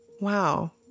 Wow